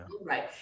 right